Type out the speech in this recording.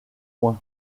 point